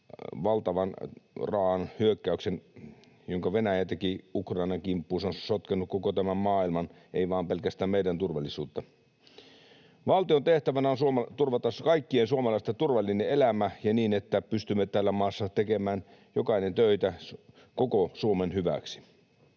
valtavan raaka hyökkäys, jonka Venäjä teki Ukrainan kimppuun, on sotkenut koko tämän maailman, ei vain pelkästään meidän turvallisuutta. Valtion tehtävänä on turvata kaikkien suomalaisten turvallinen elämä ja niin, että pystymme täällä maassa tekemään jokainen töitä koko Suomen hyväksi.